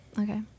Okay